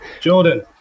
Jordan